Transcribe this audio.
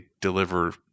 deliver